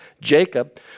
Jacob